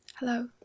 Hello